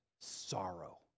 sorrow